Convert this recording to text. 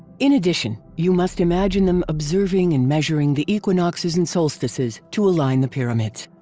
in addition, you must imagine them observing and measuring the equinoxes and solstices to align the pyramids.